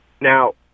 Now